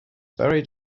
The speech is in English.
buried